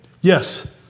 Yes